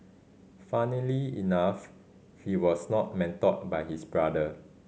funnily enough he was not mentored by his brother